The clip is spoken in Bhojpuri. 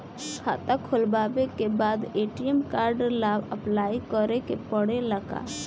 खाता खोलबाबे के बाद ए.टी.एम कार्ड ला अपलाई करे के पड़ेले का?